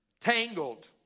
tangled